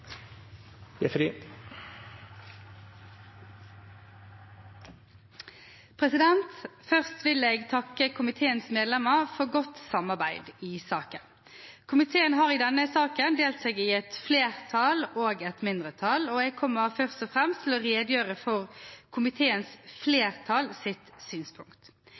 minutter. Først vil jeg takke komiteens medlemmer for godt samarbeid i saken. Komiteen har i denne saken delt seg i et flertall og et mindretall, og jeg kommer først og fremst til å redegjøre for komiteens flertalls synspunkt.